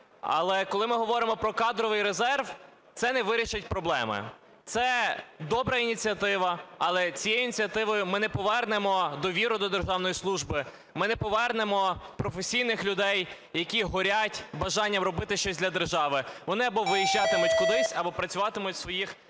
Але, коли ми говоримо про кадровий резерв, це не вирішить проблеми. Це добра ініціатива, але цією ініціативою ми не повернемо довіру до державної служби, ми не повернемо професійних людей, які горять бажанням робити щось для держави, вони або виїжджатимуть кудись, або працюватимуть у своїх